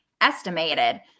estimated